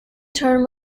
turn